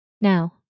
Now